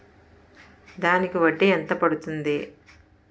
దానికి వడ్డీ ఎంత పడుతుంది?